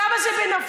כמה זה בנפשם.